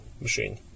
machine